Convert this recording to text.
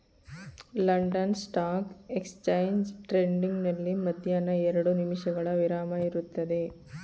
London stock exchange trading ನಲ್ಲಿ ಮಧ್ಯಾಹ್ನ ಎರಡು ನಿಮಿಷಗಳ ವಿರಾಮ ಇರುತ್ತದೆ